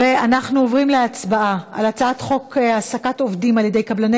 ואנחנו עוברים להצבעה על הצעת חוק העסקת עובדים על ידי קבלני